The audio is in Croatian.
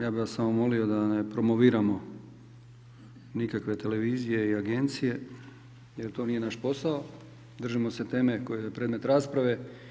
Ja bi vas samo molio da ne promoviramo nikakve televizije ni agencije, jer to nije naš posao, držimo se teme, koji je predmet rasprave.